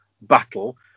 battle